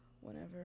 whenever